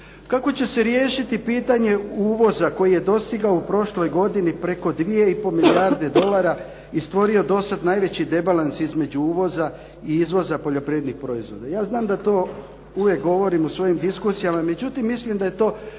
Kako će se riješiti pitanje uvoza koji je dostigao u prošloj godini preko 2 i pol milijarde dolara i stvorio do sada najveći debalans između uvoza i izvoza poljoprivrednih proizvoda. Ja znam da to uvijek govorim u svojim diskusijama, međutim mislim da je to